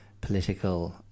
political